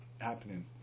happening